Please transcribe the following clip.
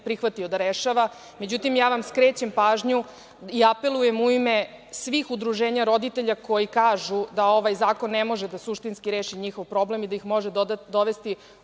prihvatio da rešava, međutim ja vam skrećem pažnju i apelujem u ime svih udruženja roditelja koji kažu da ovaj zakon ne može suštinski da reši njihov problem i da ih može dovesti